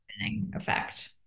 effect